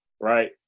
right